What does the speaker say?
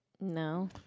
No